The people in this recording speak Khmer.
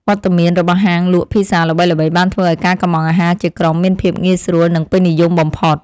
វត្តមានរបស់ហាងលក់ភីហ្សាល្បីៗបានធ្វើឱ្យការកម្ម៉ង់អាហារជាក្រុមមានភាពងាយស្រួលនិងពេញនិយមបំផុត។